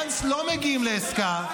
אם לא מגיעים לעסקה,